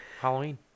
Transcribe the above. Halloween